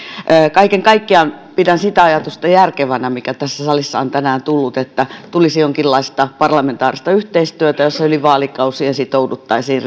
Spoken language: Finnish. kaiken kaikkiaan pidän sitä ajatusta järkevänä mikä tässä salissa on tänään tullut että tulisi jonkinlaista parlamentaarista yhteistyötä jossa yli vaalikausien sitouduttaisiin